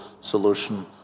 solution